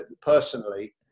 personally